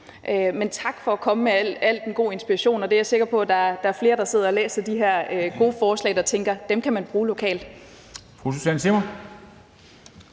Men tak for at komme med al den gode inspiration. Jeg er sikker på, at der er flere, der sidder og læser de her gode forslag og tænker, at dem kan man bruge lokalt.